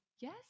yes